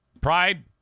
Pride